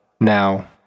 Now